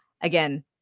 Again